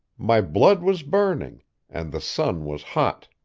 my blood was burning and the sun was hot.